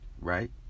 right